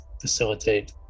facilitate